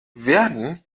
werden